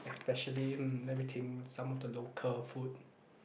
especially mm let me think some of the local food